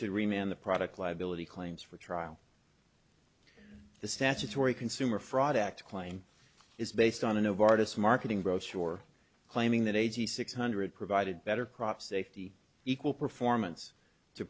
should remain on the product liability claims for trial the statutory consumer fraud act claim is based on a novartis marketing brochure claiming that eighty six hundred provided better crops safety equal performance to